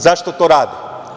Zašto to rade?